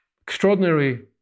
Extraordinary